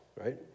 right